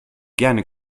gerne